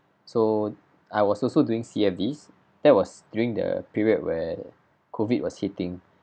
so I was also doing C_F_Ds that was during the period where COVID was hitting